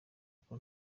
uko